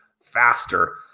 faster